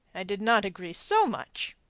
i did not agree so much.